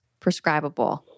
prescribable